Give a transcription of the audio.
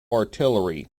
artillery